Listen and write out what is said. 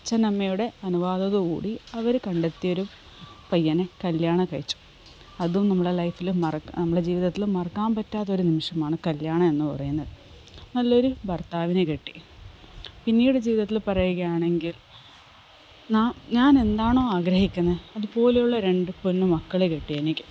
അച്ഛൻ അമ്മയുടെ അനുവാദത്തോട് കൂടി അവർ കണ്ടെത്തിയ ഒരു പയ്യനെ കല്യാണം കഴിച്ചു അതും നമ്മടെ ലൈഫിൽ നമ്മുടെ ജീവിതത്തിൽ മറക്കാൻ പറ്റാത്ത ഒരു നിമിഷമാണ് കല്യാണം എന്ന് പറയുന്നത് നല്ലൊരു ഭർത്താവിനെ കിട്ടി പിന്നീട് ജീവിതത്തിൽ പറയുകയാണെങ്കിൽ നാം ഞാൻ എന്താണോ ആഗ്രഹിക്കുന്നത് അതു പോലെയുള്ള രണ്ട് പൊന്നു മക്കളെ കിട്ടിയെനിക്ക്